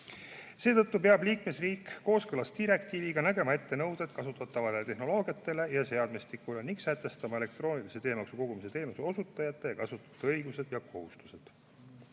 Seetõttu peab liikmesriik kooskõlas direktiiviga nägema ette nõuded kasutatavatele tehnoloogiatele ja seadmestikule ning sätestama elektroonilise teemaksu kogumise teenuse osutajate ja kasutajate õigused ja kohustused. Nõuetele